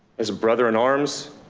as a brother in arms,